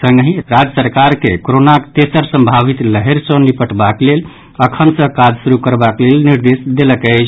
संगहि राज्य सरकार के कोरोनाक तेसर संभावित लहरि सँ निपटबाक लेल अखन सँ काज शुरू करबाक लेल निर्देश देलक अछि